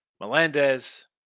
Melendez